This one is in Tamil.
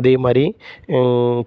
அதேமாதிரி